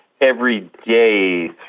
everyday